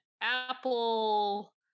Apple